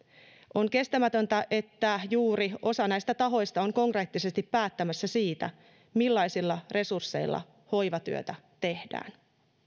on kestämätöntä että juuri osa näistä tahoista on konkreettisesti päättämässä siitä millaisilla resursseilla hoivatyötä tehdään